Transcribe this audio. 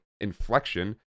inflection